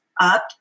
up